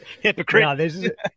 Hypocrite